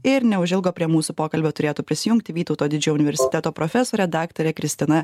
ir neužilgo prie mūsų pokalbio turėtų prisijungti vytauto didžiojo universiteto profesorė daktarė kristina